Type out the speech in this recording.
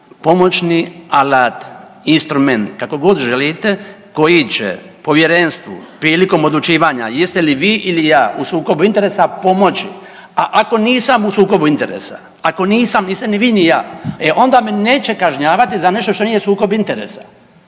pomoćni alat, instrument kako god želite koji će povjerenstvu prilikom odlučivanja jeste li vi ili ja u sukobu interesa pomoći. A ako nisam u sukobu interesa, ako nisam niste ni vi ni ja, e onda me neće kažnjavati za nešto što nije sukob interesa.